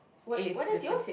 a different